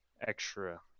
extra